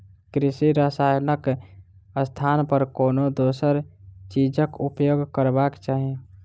कृषि रसायनक स्थान पर कोनो दोसर चीजक उपयोग करबाक चाही